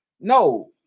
No